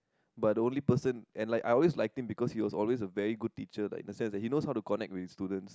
but the only person and like I always lighting because he was always a very good teacher in the sense that he know how to connect with students